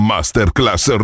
Masterclass